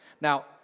Now